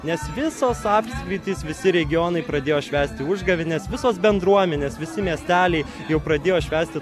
nes visos apskritys visi regionai pradėjo švęsti užgavėnes visos bendruomenės visi miesteliai jau pradėjo švęsti